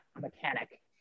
mechanic